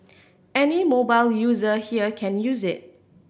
any mobile user here can use it